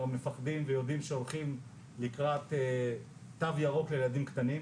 מפחדים ויודעים שהולכים לקראת תו ירוק לילדים קטנים,